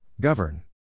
Govern